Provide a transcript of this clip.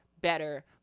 better